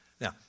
Now